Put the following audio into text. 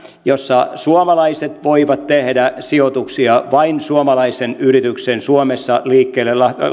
jossa suomalaiset voivat tehdä sijoituksia vain suomalaisen yrityksen suomessa liikkeelle